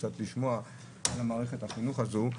לשמוע על מערכת החינוך הזו.